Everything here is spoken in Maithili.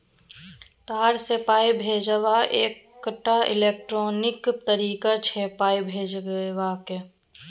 तार सँ पाइ भेजब एकटा इलेक्ट्रॉनिक तरीका छै पाइ भेजबाक